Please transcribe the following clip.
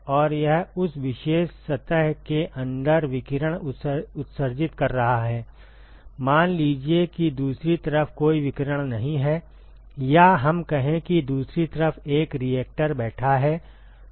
और यह उस विशेष सतह के अंदर विकिरण उत्सर्जित कर रहा है मान लीजिए कि दूसरी तरफ कोई विकिरण नहीं है या हम कहें कि दूसरी तरफ एक रिएक्टर बैठा है